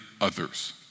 others